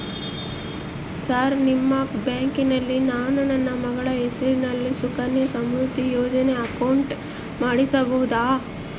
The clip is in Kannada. ಸರ್ ನಿಮ್ಮ ಬ್ಯಾಂಕಿನಲ್ಲಿ ನಾನು ನನ್ನ ಮಗಳ ಹೆಸರಲ್ಲಿ ಸುಕನ್ಯಾ ಸಮೃದ್ಧಿ ಯೋಜನೆ ಅಕೌಂಟ್ ಮಾಡಿಸಬಹುದಾ?